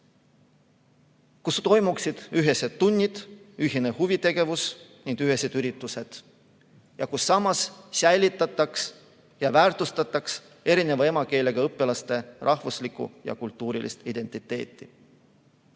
kus toimuksid ühised tunnid, ühine huvitegevus ning ühised üritused ja kus samas säilitataks ja väärtustataks erineva emakeelega õpilaste rahvuslikku ja kultuurilist identiteeti.